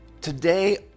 today